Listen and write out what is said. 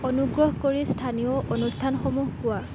অনুগ্ৰহ কৰি স্থানীয় অনুষ্ঠানসমূহ কোৱা